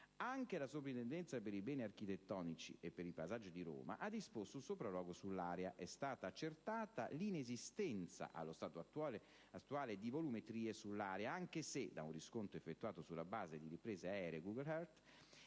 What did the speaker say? Anche la Sovrintendenza per i beni architettonici e per il paesaggio di Roma ha disposto un sopralluogo sull'area. È stata l'accertata inesistenza, allo stato attuale, di volumetrie sull'area anche se, da un riscontro effettuato sulla base di riprese aeree di *Google Earth*,